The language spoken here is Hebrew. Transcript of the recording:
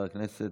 בהחלט.